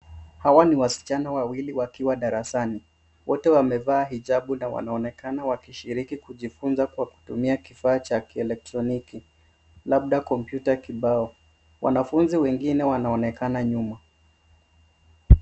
Hawa ni wasichana wawili wakiwa darasani. Wote wamevaa hijabu na wanaonekana wakishiriki kujifunza kwa kutumia kifaa cha kielektroniki labda kompyuta kibao. Wanafunzi wengine wanaonekana nyuma.